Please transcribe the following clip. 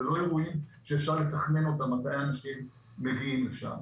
זה לא אירועים שאפשר לתכנן אותם כשהרבה אנשים מגיעים לשם.